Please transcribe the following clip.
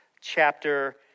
chapter